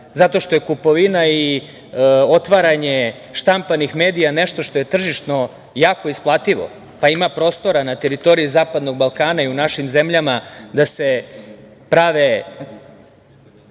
zato što je kupovina i otvaranje štampanih medija nešto što je tržišno jako isplativo, pa ima prostora na teritoriji zapadnog Balkana i u našim zemljama da se prave